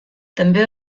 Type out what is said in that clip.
també